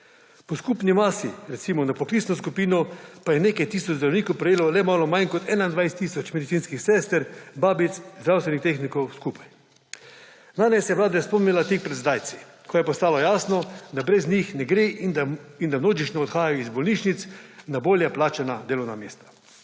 Po skupni masi, recimo, na poklicno skupino pa je nekaj tisoč zdravnikov prejelo le malo manj kot 21 tisoč medicinskih sester, babic, zdravstvenih tehnikov skupaj. Nanje se je Vlada spomnila tik pred zdajci, ko je postalo jasno, da brez njih ne gre in da množično odhajajo iz bolnišnic na bolje plačana delovna mesta.